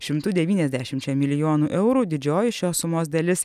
šimtu devyniasdešimčia milijonų eurų didžioji šios sumos dalis